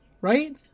Right